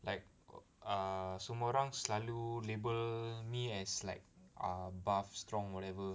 like err semua orang selalu label me as like err buff strong whatever